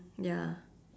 ya